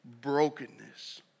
brokenness